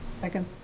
Second